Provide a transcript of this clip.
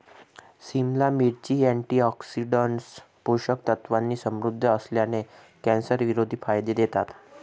सिमला मिरची, अँटीऑक्सिडंट्स, पोषक तत्वांनी समृद्ध असल्याने, कॅन्सरविरोधी फायदे देतात